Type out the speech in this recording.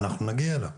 אנחנו נגיע אליו.